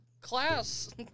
Class